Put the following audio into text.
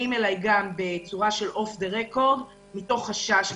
אלי בצורה של "אוף דה-רקורד" מתוך חשש.